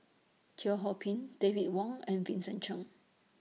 Teo Ho Pin David Wong and Vincent Cheng